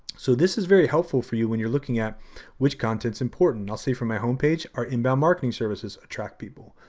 so, this is very helpful for you when you're looking at which content's important. now, say, for my homepage, our inbound marketing services attract people.